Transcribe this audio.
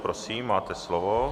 Prosím, máte slovo.